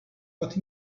got